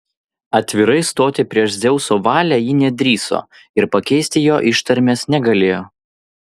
atvirai stoti prieš dzeuso valią ji nedrįso ir pakeisti jo ištarmės negalėjo